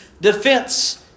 defense